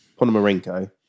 Ponomarenko